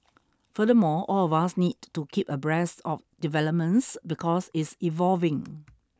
furthermore all of us need to keep abreast of developments because it's evolving